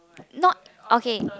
not okay